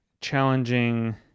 challenging